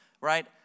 right